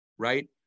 right